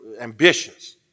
ambitious